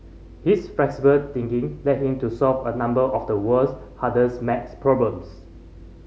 his flexible thinking led him to solve a number of the world's hardest maths problems